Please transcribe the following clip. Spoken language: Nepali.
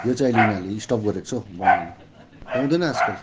यो चाहिँ अहिले यिनीहरूले स्टप गरेको छ बनाउनु पाउँदैन आजकल